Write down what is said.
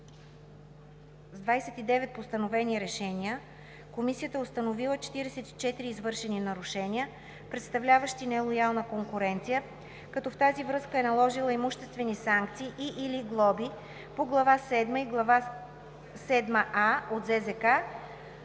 С 29 постановени решения Комисията е установила 44 извършени нарушения, представляващи нелоялна конкуренция, като в тази връзка е наложила имуществени санкции и/или глоби по Глава седма и Глава седма „а“